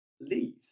leave